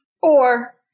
Four